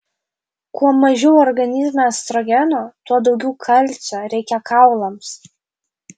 kuo mažiau organizme estrogeno tuo daugiau kalcio reikia kaulams